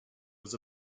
was